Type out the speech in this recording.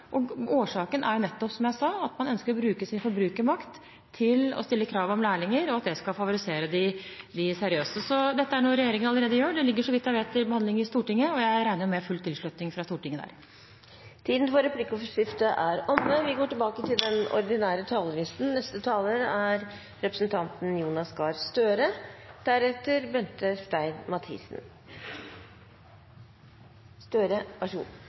Årsaken er nettopp, som jeg sa, at man ønsker å bruke sin forbrukermakt til å stille krav om lærlinger, og at det skal favorisere de seriøse. Dette er noe regjeringen allerede gjør. Det ligger så vidt jeg vet, til behandling i Stortinget, og jeg regner med full tilslutning fra Stortinget. Replikkordskiftet er omme. Bygg- og anleggsnæringen er viktig for Norge, både når det gjelder verdiskaping og – ikke minst – sysselsetting. Det er